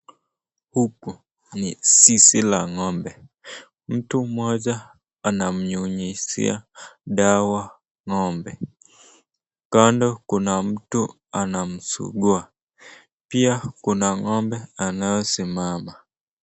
Huku ni zizi la ng'ombe. Mtu mmoja anamnyonyeshea dawa ng'ombe. Kando kuna mtu anamsugua. Pia kuna ng'ombe anayesimama.